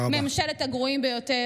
ממשלת הגרועים ביותר.